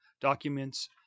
documents